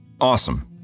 awesome